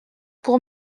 pour